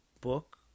book